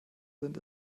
sind